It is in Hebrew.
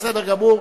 מסיר, בסדר גמור.